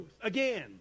Again